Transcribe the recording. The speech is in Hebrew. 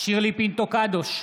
שירלי פינטו קדוש,